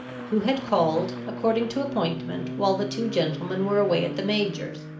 who had called, according to appointment, while the two gentlemen were away at the major's.